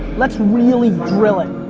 let's really drill it.